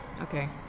Okay